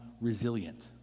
resilient